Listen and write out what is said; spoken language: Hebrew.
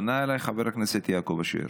פנה אליי חבר הכנסת יעקב אשר.